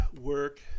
work